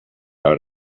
out